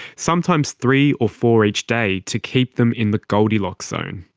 sometimes three or four each day to keep them in the goldilocks zone.